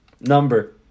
Number